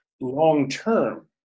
long-term